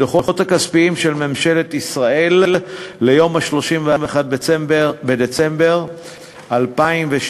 בדוחות הכספיים של ממשלת ישראל ליום 31 בדצמבר 2012,